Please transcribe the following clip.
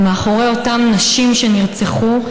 ומאחורי אותן נשים שנרצחו,